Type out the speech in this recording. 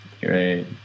Great